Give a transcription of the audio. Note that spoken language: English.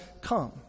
come